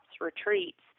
retreats